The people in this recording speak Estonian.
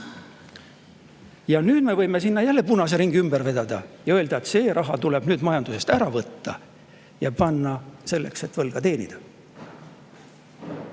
Nüüd me võime sinna punase ringi ümber vedada ja öelda, et see raha tuleb majandusest ära võtta ja [kasutada] selleks, et võlga teenindada.